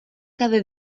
cada